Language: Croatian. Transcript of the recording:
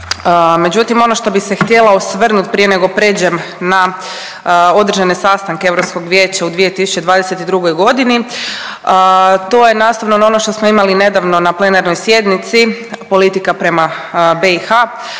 Međutim, ono što bi se htjela osvrnut prije nego prijeđem na održane sastanke Europskog vijeća u 2022.g. to je nastavno na ono što smo imali nedavno na plenarnoj sjednici politika prema BiH,